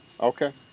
Okay